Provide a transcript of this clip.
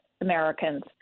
Americans